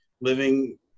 living